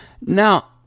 Now